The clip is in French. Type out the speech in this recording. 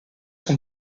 son